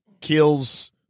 kills